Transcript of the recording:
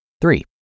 Three